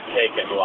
taken